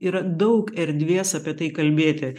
yra daug erdvės apie tai kalbėti